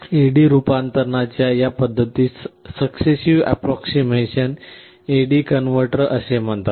AD रूपांतरणाच्या या पद्धतीस सकॅसेसिव्ह अँप्रॉक्सिमशन AD कन्व्हर्टर असे म्हणतात